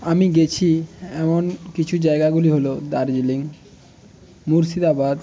আমি গিয়েছি এমন কিছু জায়গাগুলি হল দার্জিলিং মুর্শিদাবাদ